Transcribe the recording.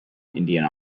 indian